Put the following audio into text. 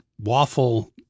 waffle